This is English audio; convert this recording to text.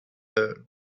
her